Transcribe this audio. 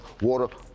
water